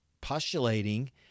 postulating